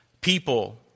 people